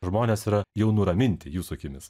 žmonės yra jau nuraminti jūsų akimis